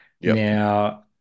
Now